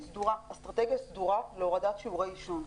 אסטרטגיה סדורה, להורדת שיעורי עישון.